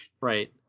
right